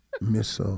Miss